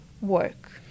work